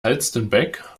halstenbek